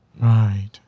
Right